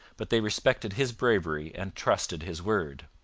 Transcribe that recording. but they respected his bravery and trusted his word.